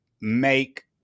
make